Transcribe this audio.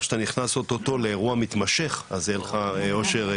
שאתה נכנס אוטוטו לאירוע מתמשך אז יהיה לך אושר,